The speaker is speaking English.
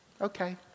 Okay